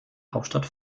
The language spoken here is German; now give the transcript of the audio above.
hauptstadt